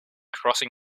crossing